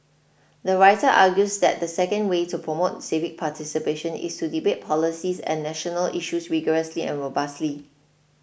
the writer argues that the second way to promote civic participation is to debate policies and national issues rigorously and robustly